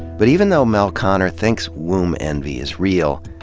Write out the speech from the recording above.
but even though mel konner thinks womb envy is real,